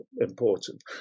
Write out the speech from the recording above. important